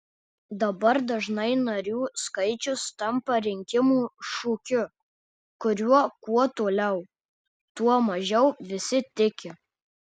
dabar dažnai narių skaičius tampa rinkimų šūkiu kuriuo kuo toliau tuo mažiau visi tiki